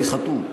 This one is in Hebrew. אני חתום,